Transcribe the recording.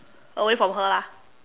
away from her lah